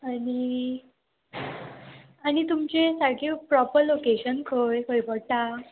आनी आनी तुमचे सारकें प्रोपर लोकेशन खंय खंय पडटा